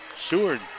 Seward